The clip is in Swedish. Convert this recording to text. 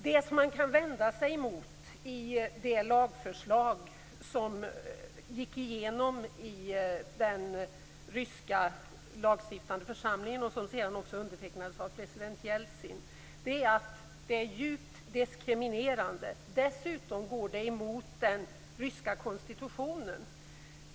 Det man kan vända sig mot i det lagförslag som gick igenom i den ryska lagstiftande församlingen och som senare undertecknades av president Jeltsin, är att det är djupt diskriminerande. Dessutom går det emot den ryska konstitutionen.